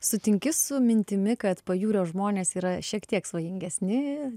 sutinki su mintimi kad pajūrio žmonės yra šiek tiek svajingesni